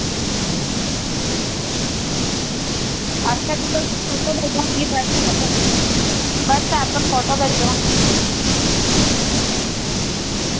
अच्छा ते तुस भेजो हां मिकी व्हाट्सऐप्प पर व्हाट्सऐप्प पर फोटो भेजो हां